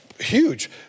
Huge